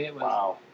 Wow